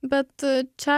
bet čia